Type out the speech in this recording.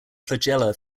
flagella